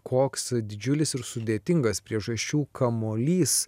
koks didžiulis ir sudėtingas priežasčių kamuolys